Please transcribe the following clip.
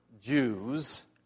Jews